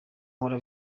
nkora